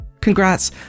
Congrats